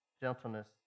gentleness